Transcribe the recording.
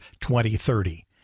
2030